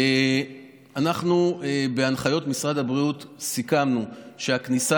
אנחנו בהנחיות משרד הבריאות סיכמנו שהכניסה